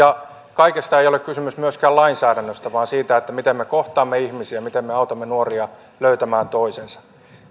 kaikessa ei ole kysymys myöskään lainsäädännöstä vaan siitä miten me kohtaamme ihmisiä miten me autamme nuoria löytämään toisensa